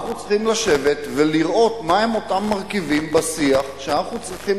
אנחנו צריכים לשבת ולראות מהם אותם מרכיבים בשיח שאנחנו צריכים